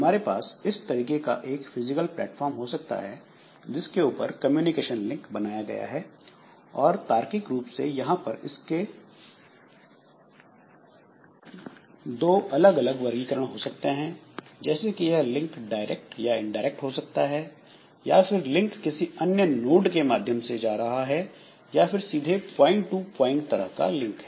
हमारे पास इस तरीके का एक फिजिकल प्लेटफार्म हो सकता है जिसके ऊपर कम्युनिकेशन लिंक बनाया गया है और तार्किक रूप से यहां पर इसके 2 विभिन्न वर्गीकरण हो सकते हैं जैसे कि यह लिंक डायरेक्ट या इनडायरेक्ट हो सकता है या फिर लिंक किसी अन्य नोड के माध्यम से जा रहा है या फिर सीधे पॉइंट टू पॉइंट तरह का लिंक है